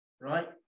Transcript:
right